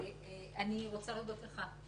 אני רוצה להודות לך.